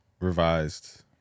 Revised